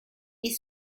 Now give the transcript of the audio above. est